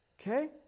Okay